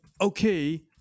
okay